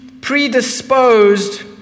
predisposed